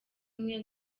umwe